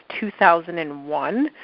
2001